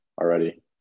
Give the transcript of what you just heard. already